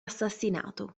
assassinato